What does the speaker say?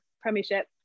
Premiership